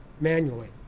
manually